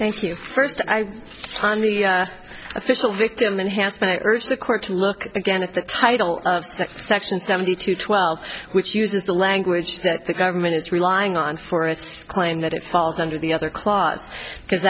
thank you first i official victim and has been i urge the court to look again at the title section seventy two twelve which uses the language that the government is relying on for its claim that it falls under the other clause because